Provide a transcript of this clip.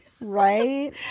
Right